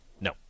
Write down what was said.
No